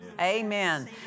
Amen